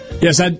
Yes